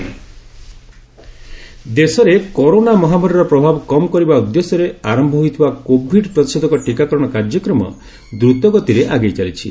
Covid ଟିକାକରଣ ଦେଶରେ corona ମହାମାରୀର ପ୍ରଭାବ କମ୍ କରିବା ଉଦ୍ଦେଶ୍ୟରେ ଆରମ୍ଭ ହୋଇଥିବା କୋଭିଡ୍ ପ୍ରତିଷେଧକ ଟିକାକରଣ କାର୍ଯ୍ୟକ୍ରମ ଦ୍ରତ ଗତିରେ ଆଗେଇ ଚାଲିଛି